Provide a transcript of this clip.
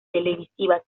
televisivas